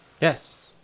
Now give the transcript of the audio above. yes